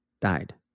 died